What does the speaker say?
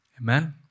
Amen